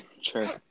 Sure